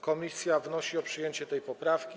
Komisja wnosi o przyjęcie tej poprawki.